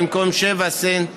במקום 7 סנט.